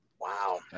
Wow